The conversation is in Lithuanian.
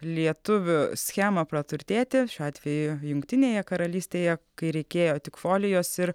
lietuvių schemą praturtėti šiuo atveju jungtinėje karalystėje kai reikėjo tik folijos ir